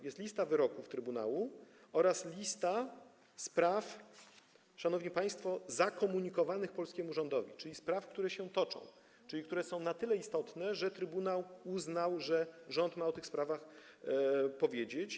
Jest lista wyroków Trybunału oraz lista spraw, szanowni państwo, zakomunikowanych polskiemu rządowi, czyli spraw, które się toczą, a więc są na tyle istotne, że Trybunał uznał, iż rząd ma na temat tych spraw się wypowiedzieć.